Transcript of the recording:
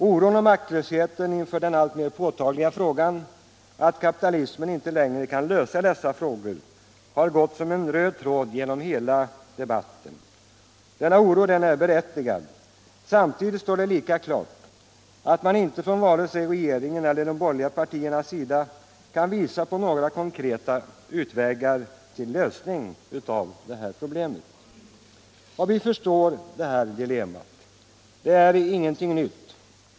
Oron och maktlösheten inför den alltmer påtagliga frågan om att kapitalismen inte längre kan lösa dessa problem har gått som en röd tråd genom hela debatten. Denna oro är berättigad. Samtidigt står det lika klart att vare sig regeringen eller de borgerliga partierna kan visa på några konkreta vägar för en lösning av problemet. Vi förstår dilemmat. Det är ingenting nytt.